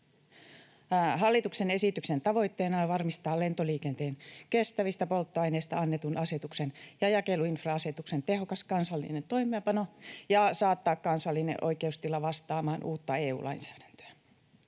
Hallituksen esityksen tavoitteena on varmistaa lentoliikenteen kestävistä polttoaineista annetun asetuksen ja jakeluinfra-asetuksen tehokas kansallinen toimeenpano ja saattaa kansallinen oikeustila vastaamaan uutta EU-lainsäädäntöä.